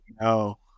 no